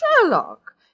Sherlock